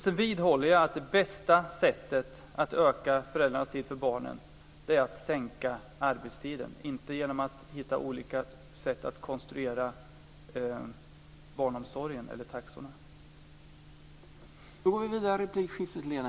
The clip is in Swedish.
Jag vidhåller att bästa sättet att öka föräldrarnas tid för barnen är att sänka arbetstiden, inte att hitta olika sätt att konstruera barnomsorgen eller taxorna.